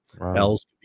L's